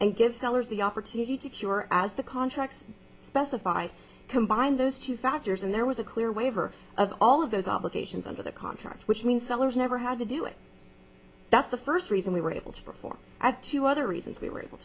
and give sellers the opportunity to cure as the contract specified combined those two factors and there was a clear waiver of all of those obligations under the contract which means sellers never had to do it that's the first reason we were able to perform i have two other reasons we were able